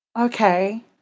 Okay